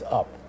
up